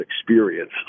experience